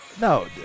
No